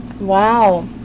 Wow